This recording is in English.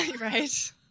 Right